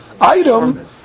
item